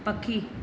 पखी